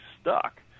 stuck